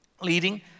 leading